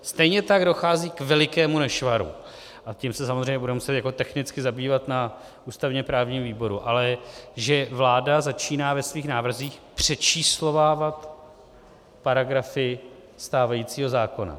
Stejně tak dochází k velikému nešvaru, a tím se samozřejmě budeme muset technicky zabývat na ústavněprávním výboru, že vláda začíná ve svých návrzích přečíslovávat paragrafy stávajícího zákona.